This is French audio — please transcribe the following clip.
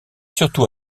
surtout